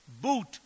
boot